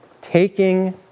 taking